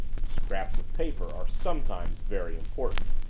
scraps of paper are sometimes very important,